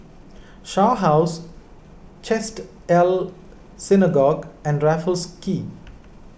Shaw House Chesed El Synagogue and Raffles Quay